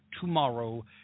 tomorrow